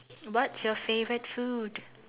what's your favourite food